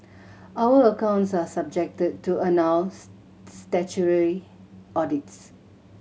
our accounts are subjected to annual statutory audits